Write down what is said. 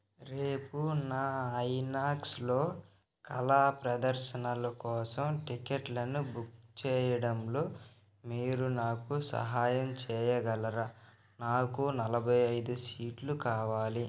రేపు నా ఐనాక్స్లో కళా ప్రదర్శనలు కోసం టిక్కెట్లను బుక్ చేయడంలో మీరు నాకు సహాయం చేయగలరా నాకు నలభై ఐదు సీట్లు కావాలి